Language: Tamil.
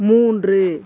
மூன்று